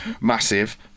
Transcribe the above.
Massive